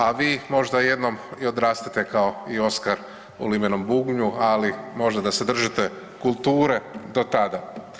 A vi možda jednom i odrastete kao i Oskar u limenom bubnju, ali možda da se držite kulture, do tada.